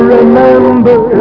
Remember